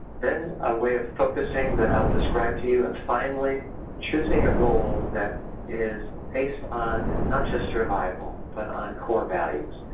then a way of focusing that i will describe to you and finally choosing a goal that is based on not just survival, but on core values.